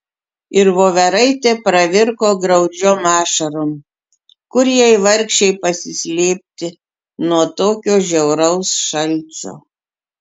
ir voveraitė pravirko graudžiom ašarom kur jai vargšei pasislėpti nuo tokio žiauraus šalčio